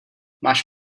máš